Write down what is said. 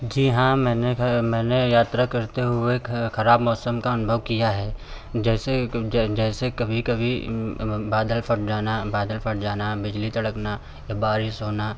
जी हाँ मैंने मैंने यात्रा करते हुए खराब मौसम का अनुभव किया है जैसे कि जैसे कभी कभी बादल फट जाना बादल फट जाना बिजली कड़कना या बारिश होना